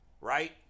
right